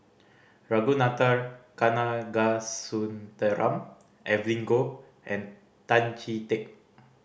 Ragunathar Kanagasuntheram Evelyn Goh and Tan Chee Teck